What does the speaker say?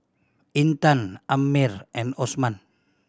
Intan Ammir and Osman